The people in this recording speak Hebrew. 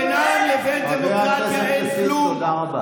תודה רבה.